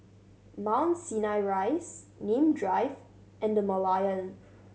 Mount Sinai Rise Nim Drive and The Merlion